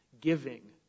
giving